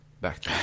back